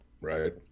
Right